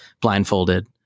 blindfolded